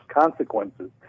consequences